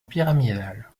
pyramidale